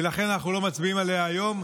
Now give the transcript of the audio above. ולכן אנחנו לא מצביעים עליה היום.